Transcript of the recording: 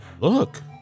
Look